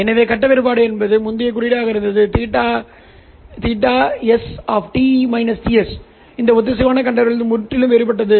எனவே கட்ட வேறுபாடு முந்தைய குறியீடாக இருந்தது θs இந்த ஒத்திசைவான கண்டறிதல் முற்றிலும் வேறுபட்டது